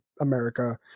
America